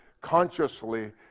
consciously